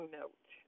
note